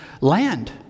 land